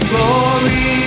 Glory